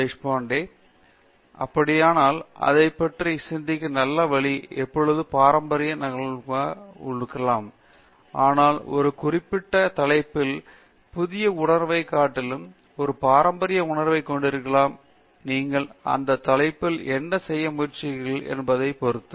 தேஷ்பாண்டே அப்படியானால் அதைப் பற்றி சிந்திக்க நல்ல வழி எப்பொழுதும் பாரம்பரியமாக நாவலாக முழுமையடையாமல் இருக்கலாம் ஆனால் ஒரு குறிப்பிட்ட தலைப்பில் புதிய உணர்வைக் காட்டிலும் ஒரு பாரம்பரிய உணர்வைக் கொண்டிருக்கலாம் நீங்கள் அந்த தலைப்பில் என்ன செய்ய முயற்சி செய்கிறீர்கள் என்பதை பொறுத்து